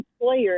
employer